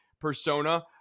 persona